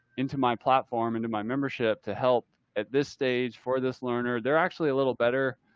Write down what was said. into my platform, into my membership to help at this stage for this learner. they're actually a little better.